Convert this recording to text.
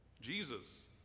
Jesus